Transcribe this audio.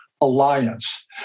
alliance